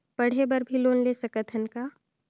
पढ़े बर भी लोन ले सकत हन का?